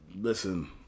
listen